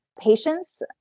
patients